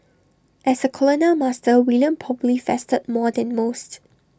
as A colonial master William probably feasted more than most